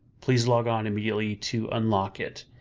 please log on immediately to unlock it.